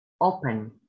open